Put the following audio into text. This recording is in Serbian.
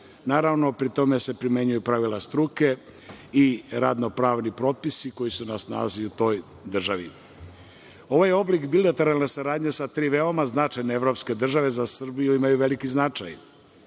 Naravno, pri tome se primenjuju pravila struke i radno-pravni propisi koji su na snazi u toj državi. Ovaj oblik bilateralne saradnje sa tri veoma značajne evropske države za Srbiju imaju veliki značaj.